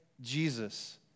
Jesus